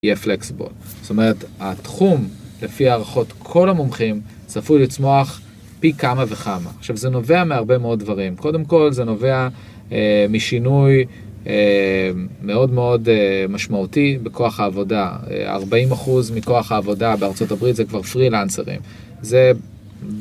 יהיה פלקסיבל. זאת אומרת, התחום, לפי הערכות כל המומחים, צפוי לצמוח פי כמה וכמה. עכשיו, זה נובע מהרבה מאוד דברים. קודם כל, זה נובע משינוי מאוד מאוד משמעותי בכוח העבודה. 40% מכוח העבודה בארה״ב זה כבר פרילנסרים, זה...